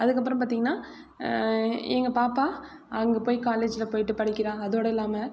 அதுக்கு அப்புறம் பார்த்திங்கன்னா எங்கள் பாப்பா அங்கே போய் காலேஜில் போயிட்டு படிக்கிறாங்க அதோடு இல்லாமல்